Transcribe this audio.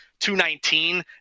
219